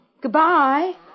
Goodbye